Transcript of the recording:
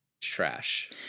trash